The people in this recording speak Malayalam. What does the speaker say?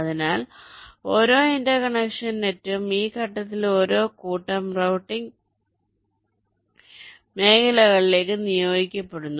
അതിനാൽ ഓരോ ഇന്റർകണക്ഷൻ നെറ്റും ഈ ഘട്ടത്തിൽ ഒരു കൂട്ടം റൂട്ടിംഗ് മേഖലകളിലേക്ക് നിയോഗിക്കപ്പെടുന്നു